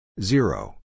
Zero